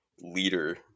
leader